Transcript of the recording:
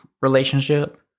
relationship